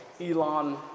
Elon